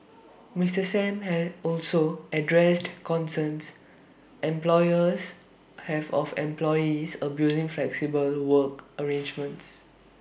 Mister Sam have also addressed concerns employers have of employees abusing flexible work arrangements